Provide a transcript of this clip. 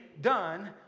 done